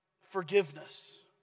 Forgiveness